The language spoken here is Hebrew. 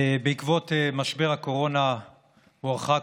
בעקבות משבר הקורונה הוארכה,